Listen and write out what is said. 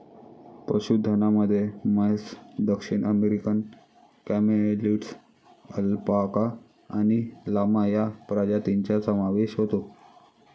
पशुधनामध्ये म्हैस, दक्षिण अमेरिकन कॅमेलिड्स, अल्पाका आणि लामा या प्रजातींचा समावेश होतो